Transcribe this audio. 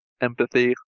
Empathy